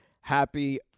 happy